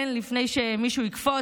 לפני שמישהו יקפוץ,